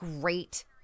great